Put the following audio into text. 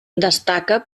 destaca